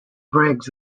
briggs